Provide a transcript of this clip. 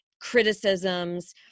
criticisms